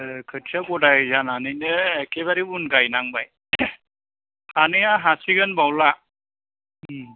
खोथिया गदाय जानानैनो एखेबारे उन गायनांबाय हानाया हासिगोन बावला